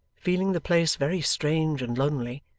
feeling the place very strange and lonely,